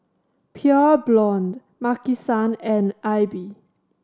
Pure Blonde Maki San and Aibi